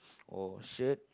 or shirt